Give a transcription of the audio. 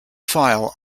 file